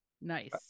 Nice